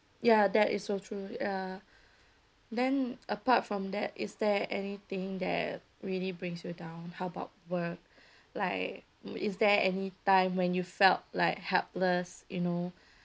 ya that is so true ya then apart from that is there anything that really brings you down how about work like is there any time when you felt like helpless you know